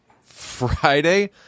Friday